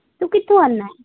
ਤੂੰ ਕਿੱਥੋਂ ਆਉਂਦਾ